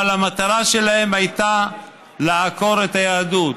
אבל המטרה שלהם הייתה לעקור את היהדות.